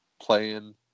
playing